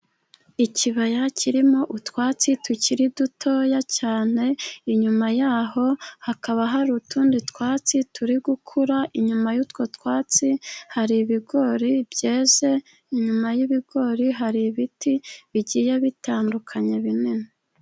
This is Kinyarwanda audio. Ikibaya kirimo utwatsi tukiri dutoya cyane, inyuma yaho hakaba hari utundi twatsi turi gukura, inyuma y'utwo twatsi hari ibigori byeze, inyuma y'ibigori hari ibiti bigiye bitandukanye binini.